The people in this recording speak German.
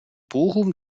bochum